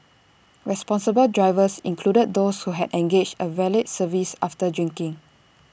responsible drivers included those who had engaged A valet service after drinking